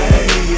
Hey